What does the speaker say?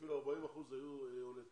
אפילו 40%, היו עולי אתיופיה.